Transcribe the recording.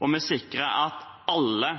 og vi sikrer at alle